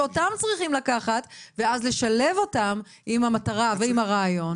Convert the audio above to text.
שאותם צריכים לקחת ואז לשלב אותם עם המטרה ועם הרעיון,